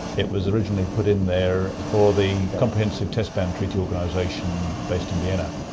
it was originally put in there for the comprehensive test ban treaty organisation based in vienna.